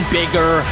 bigger